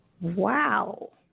Wow